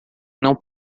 não